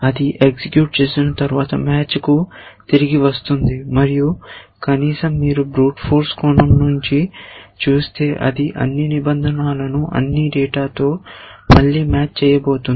అది ఎగ్జిక్యూట చేసిన తర్వాత మ్యాచ్ కు తిరిగి వస్తుంది మరియు కనీసం మీరు బ్రూట్ ఫోర్స్ కోణం నుంచి చూస్తే అది అన్ని నిబంధనలను అన్ని డేటా తో మళ్లీ మ్యాచ్ చేయబోతుంది